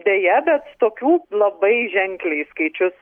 deja bet tokių labai ženkliai skaičius